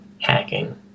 hacking